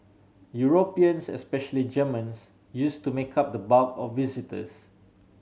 Europeans especially Germans used to make up the bulk of visitors